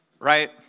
right